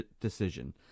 decision